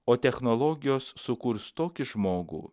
o technologijos sukurs tokį žmogų